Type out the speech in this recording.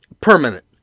permanent